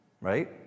Right